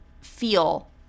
feel